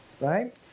Right